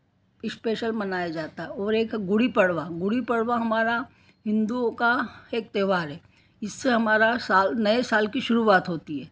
special मनाया जाता और एक गुड़ी पड़वा गुड़ी पड़वा हमारा हिंदुओं का एक त्योहार है इससे हमारा साल नये साल की शुरूआत होती है